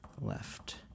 left